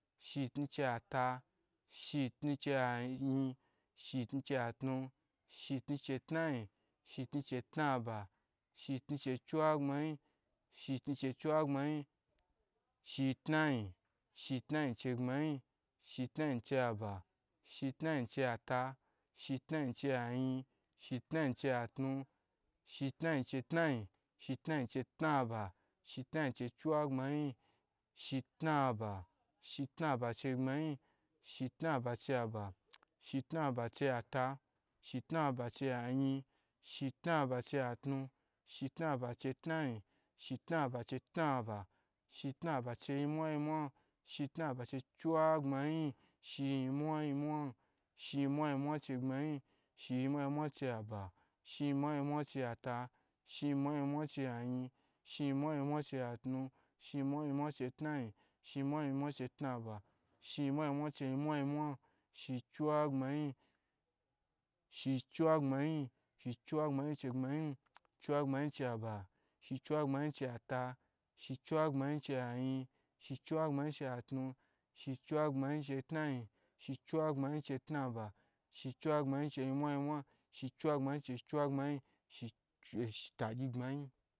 Shitnu tnuchuata shitnucheiayin shitanu chei atnu shitnu chietnayin shitnucheitnaba shitnuche nyi nmwa yinmwa, shitnu chei chiwagbmayi shitnayin shitnaginchei gbayin, shetnyin cheiaba shitnayin cheiata shitnayinchei ayin, shitnayicheiatnu shitnayin cheitnayin shitnayincheitnaba, shitnayichei nyimwanyimwa shitnayin chei chiwagbmayin shitnaba, shitnaba cheigbmayin shitnaba chei aba, shitnaba cheiata shitnabachei ayi, shitnabanchei atnu, shitnaba cheitnayin shitnaba cheintnaba shitnaba cheinyimwanyimwa shitnabachei ciwagbmayin shiyinmwa nyinmwa, shinyinmwanyinmwa, cheigbayin shinyinmwa nyimwa chei aba shiyinmwanyinmwachei ata. Shinyinmwanyinmwa chei ayin shiyinmwa nymwa chei atnu, shiyinmwa nyinmwacheitnayin shiyin mwanyinmwa cheitnaba shinyinmwanyimwa chei nyinmwa nyinmwa, shinyin mwa nyinmwa chei chiwagbmayin, shichiwagban yin shichiwagbma cheigbmayin shichiwagbmanyi che aba shichiwagbmanyi cheiata shichiwagbmayin chei ayin shichiwagbmayinchei atnu, shechiwagbmayin cheitnayin shichiwagbmayin cheitnaba shichiwagbmayin, cheinyinmwa nyinmwa, shichiwagbmayin chei chiwagbmayinn tagyi gbmayin